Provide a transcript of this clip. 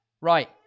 Right